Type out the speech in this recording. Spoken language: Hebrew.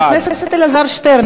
חבר הכנסת אלעזר שטרן,